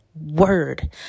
word